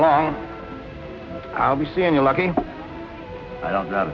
along i'll be seeing you lucky i don't know